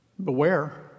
Beware